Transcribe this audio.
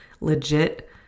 legit